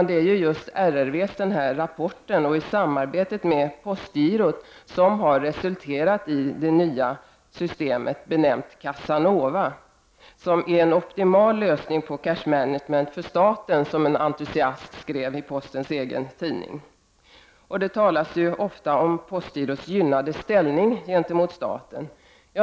Det är ju just rapporten från RRV och samarbetet med postgirot som har resulterat i det nya systemet, CassaNova, som är en optimal lösning på ”cash management” för staten, som en entusiast skrev i postens egen tidning. Det talas ofta om postgirots gynnade ställning gentemot staten.